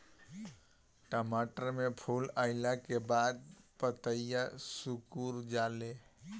टमाटर में फूल अईला के बाद पतईया सुकुर जाले?